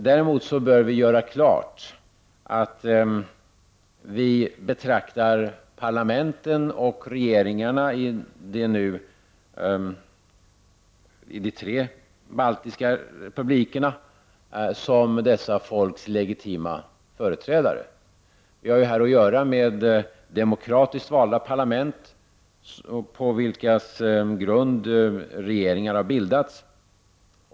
Däremot bör vi göra klart att vi betraktar parlamenten och regeringarna i de tre baltiska republikerna som dessa folks legitima företrädare. Vi har att göra med demokratiskt valda parlament på vilkas grund regeringar har bildats.